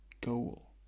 goal